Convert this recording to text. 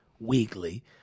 weekly